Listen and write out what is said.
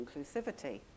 inclusivity